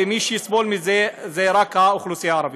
ומי שיסבול מזה זה רק האוכלוסייה הערבית.